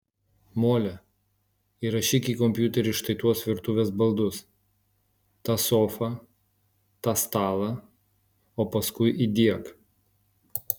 mole įrašyk į kompiuterį štai tuos virtuvės baldus tą sofą tą stalą o paskui įdiek